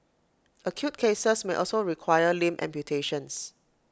acute cases may also require limb amputations